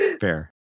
Fair